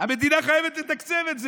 המדינה חייבת לתקצב את זה,